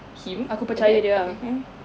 him is it okay hmm